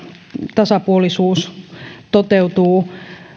tasapuolisuus toteutuu